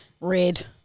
Red